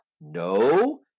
No